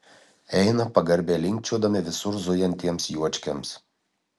eina pagarbiai linkčiodami visur zujantiems juočkiams